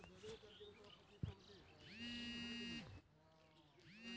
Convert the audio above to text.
समान खाता से ऋण खाता मैं कोना किस्त भैर?